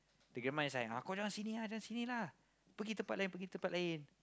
the grandma is like uh kau jalan sini ah jalan sini lah pergi tempat lain pergi tempat lain